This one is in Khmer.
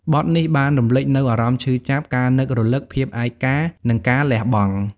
បទនេះបានរំលេចនូវអារម្មណ៍ឈឺចាប់ ការនឹករលឹក ភាពឯកា និងការលះបង់។